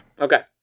Okay